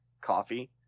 coffee